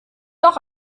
doch